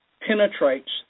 penetrates